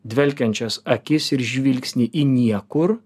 dvelkiančias akis ir žvilgsnį į niekur